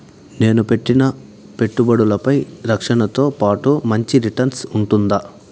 నేను పెట్టిన పెట్టుబడులపై రక్షణతో పాటు మంచి రిటర్న్స్ ఉంటుందా?